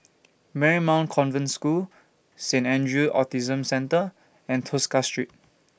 Marymount Convent School Saint Andrew's Autism Centre and Tosca Street